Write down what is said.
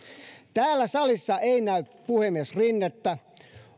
täällä salissa ei näy puhemies rinnettä